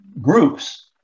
groups